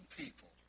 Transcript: people